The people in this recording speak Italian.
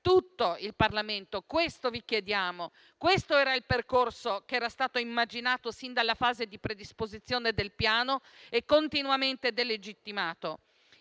tutto il Parlamento. Questo vi chiediamo e questo era il percorso che era stato immaginato sin dalla fase di predisposizione del Piano, che è continuamente delegittimato.